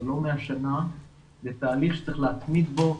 זה תהליך שצריך להתמיד בו,